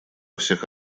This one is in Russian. всех